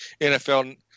nfl